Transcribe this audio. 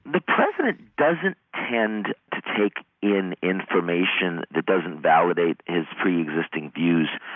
the president doesn't tend to take in information that doesn't validate his preexisting views,